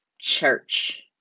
church